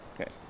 Okay